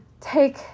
take